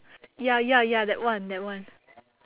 ya ya ya that one that one